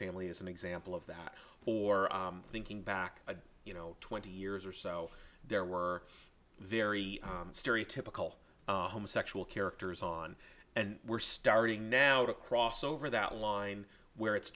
family is an example of that for thinking back you know twenty years or so there were very stereotypical homosexual characters on and we're starting now to cross over that line where it's